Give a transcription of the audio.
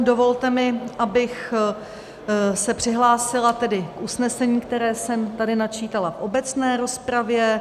Dovolte mi, abych se přihlásila k usnesení, které jsem tady načítala v obecné rozpravě.